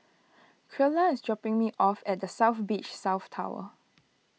Creola is dropping me off at the South Beach South Tower